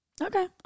Okay